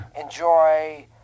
enjoy